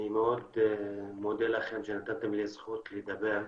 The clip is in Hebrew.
אני מאוד מודה לכם שנתתם לי זכות לדבר.